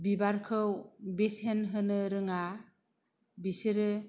बिबारखौ बेसेन होनो रोङा बिसोरो